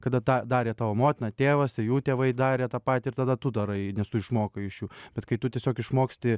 kada tą darė tavo motina tėvas ir jų tėvai darė tą patį ir tada tu darai nes tu išmokai iš jų bet kai tu tiesiog išmoksti